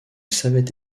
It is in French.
savait